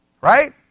Right